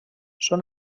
són